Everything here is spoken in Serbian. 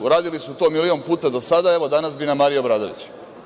Uradili su to milion puta do sada, evo danas bi na Mariji Obradović.